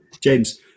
James